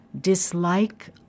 dislike